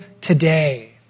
today